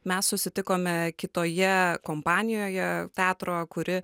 mes susitikome kitoje kompanijoje teatro kuri